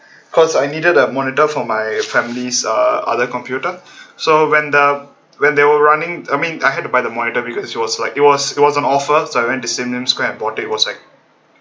cause I needed a monitor for my family's uh other computer so when the when they were running I mean I had to buy the monitor because it was like it was it was an offer so I went to sim lim square and bought it it was like